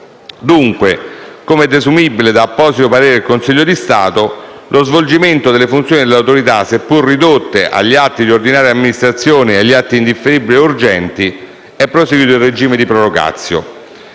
dunque - come è desumibile da apposito parere del Consiglio di Stato - lo svolgimento delle funzioni dell'Autorità, seppur ridotte agli atti di ordinaria amministrazione e agli atti indifferibili e urgenti, è proseguito in regime di *prorogatio*.